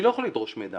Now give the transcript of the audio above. אני לא יכול לדרוש מידע.